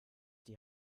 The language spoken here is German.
die